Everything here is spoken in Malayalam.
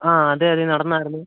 ആ അതെ അതെ നടന്നായിരുന്നു